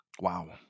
Wow